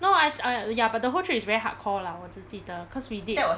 no I I err ya but the whole trip is very hardcore lah 我只记得 cause we did